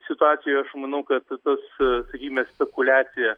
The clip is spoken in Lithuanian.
situacija aš manau kad tas sakykime spekuliacija